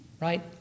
right